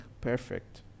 perfect